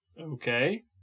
Okay